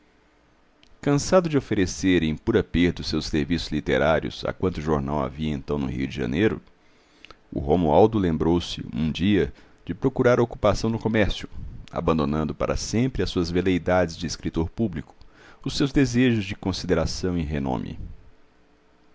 cansado de oferecer em pura perda os seus serviços literários a quanto jornal havia então no rio de janeiro o romualdo lembrou-se um dia de procurar ocupação no comércio abandonando para sempre as suas veleidades de escritor público os seus desejos de consideração e renome